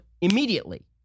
immediately